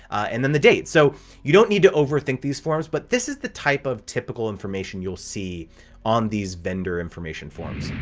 and then the date. so you don't need to overthink these forms, but this is the type of typical information you'll see on these vendor information forms.